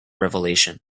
revelation